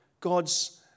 God's